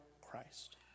Christ